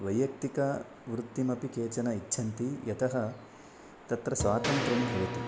वैयक्तिकवृत्तिमपि केचन इच्छन्ति यतः तत्र स्वातन्त्र्यं भवति